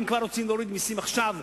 אם כבר רוצים להוריד מסים עכשיו,